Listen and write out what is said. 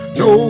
no